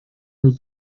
will